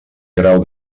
grau